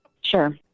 Sure